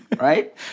right